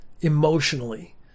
emotionally